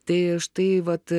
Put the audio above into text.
tai štai vat